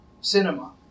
cinema